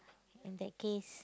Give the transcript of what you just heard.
in that case